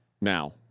Now